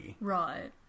Right